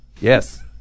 Yes